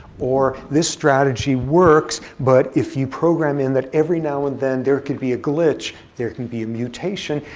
or this strategy works, but if you program in that every now and then there could be a glitch, there can be a mutation,